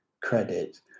credit